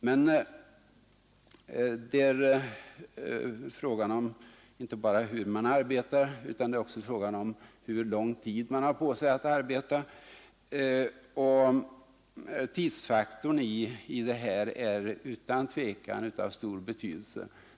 Men det är inte bara fråga om hur man arbetar, utan det är också fråga om hur lång tid man har på sig att arbeta, och tidsfaktorn är i detta fall utan tvivel av stor betydelse.